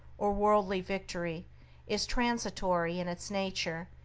or worldly victory is transitory in its nature,